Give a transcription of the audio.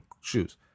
shoes